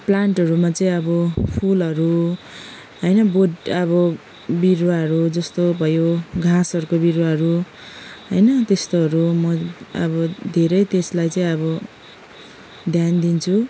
प्लान्टहरूमा चाहिँ अब फुलहरू होइन बोट अब बिरुवाहरू जस्तो भयो घाँसहरूको बिरुवाहरू होइन त्यस्तोहरू म अब धेरै त्यसलाई चाहिँ अब ध्यान दिन्छु